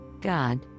God